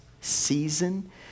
season